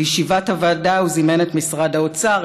לישיבת הוועדה הוא זימן את משרד האוצר,